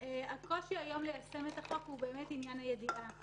הקושי היום ליישם את החוק הוא עניין הידיעה.